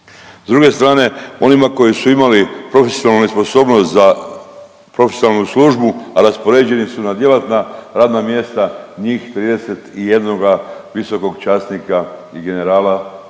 S druge strane onima koji su imali profesionalnu nesposobnost za profesionalnu službu, a raspoređeni su na djelatna radna mjesta, njih 31. visokog časnika i generala